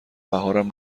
بهارم